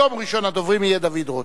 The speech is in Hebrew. היום ראשון הדוברים יהיה חבר הכנסת דוד רותם,